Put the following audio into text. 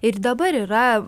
ir dabar yra